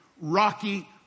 rocky